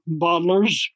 bottlers